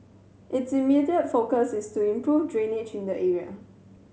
its immediate focus is to improve drainage in the area